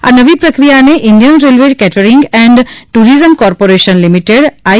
આ નવી પ્રક્રિયાને Indian railway catering and tourism corporation limited I